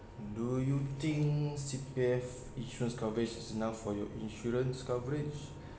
do you think C_P_F insurance coverage is enough for your insurance coverage